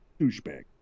Douchebag